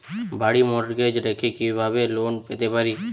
বাড়ি মর্টগেজ রেখে কিভাবে লোন পেতে পারি?